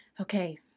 okay